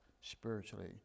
spiritually